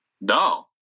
No